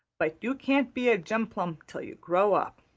but you can't be a gemplum till you grow up.